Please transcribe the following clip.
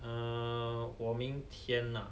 err 我明天啊